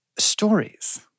stories